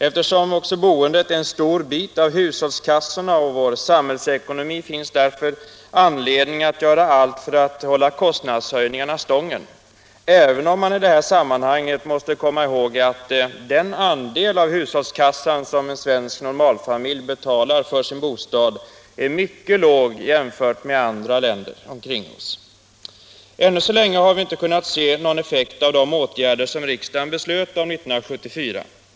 Eftersom också boendet är en stor post i hushållskassorna och vår samhällsekonomi finns det anledning att göra allt för att hålla kostnadshöjningarna stången - även om man i detta sammanhang måste komma ihåg att den andel ur hushållskassan som en svensk normalfamilj betalar för sin bostad är mycket ringa jämfört med andra länder. Ännu så länge har vi inte kunnat se någon effekt av de åtgärder som riksdagen beslöt om 1974.